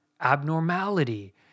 abnormality